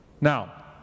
Now